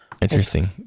interesting